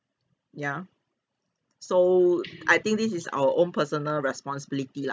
ya so I think this is our own personal responsibility lah